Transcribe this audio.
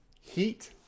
Heat